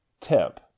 Tip